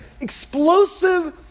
explosive